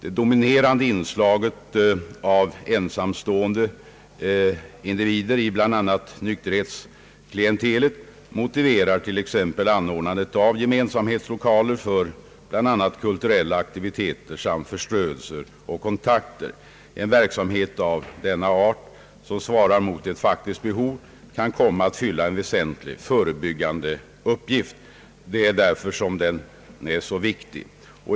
Det dominerande inslaget av ensamstående individer i bl.a. nykterhetsklientelet motiverar t.ex. anordnandet av gemensamhetslokaler bl.a. för kulturella aktiviteter samt förströelser och kontakter. En verksamhet av denna art, som svarar mot ett faktiskt behov, kan komma att fylla en väsentlig, förebyggande uppgift. Det är därför som den är viktig.